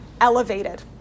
elevated